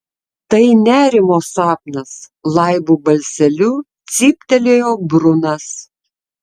tai nerimo sapnas laibu balseliu cyptelėjo brunas